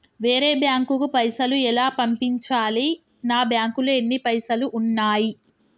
వేరే బ్యాంకుకు పైసలు ఎలా పంపించాలి? నా బ్యాంకులో ఎన్ని పైసలు ఉన్నాయి?